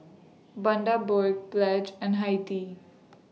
Bundaberg Pledge and Hi Tea